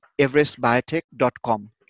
everestbiotech.com